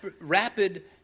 rapid